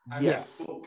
Yes